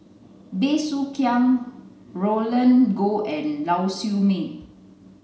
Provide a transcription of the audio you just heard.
Bey Soo Khiang Roland Goh and Lau Siew Mei